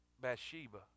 Bathsheba